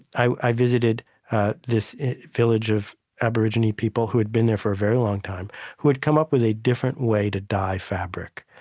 i visited this village of aboriginal people who had been there for a very long time who had come up with a different way to dye fabric.